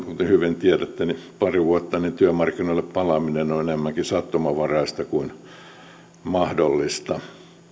kuten hyvin tiedätte työmarkkinoille palaaminen on enemmänkin sattumanvaraista kuin mahdollista